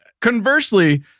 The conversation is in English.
Conversely